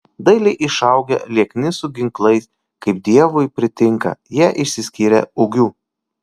dailiai išaugę liekni su ginklais kaip dievui pritinka jie išsiskyrė ūgiu